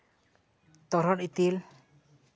ᱛᱚᱨᱦᱚᱫ ᱤᱛᱤᱞ